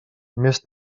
més